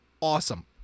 awesome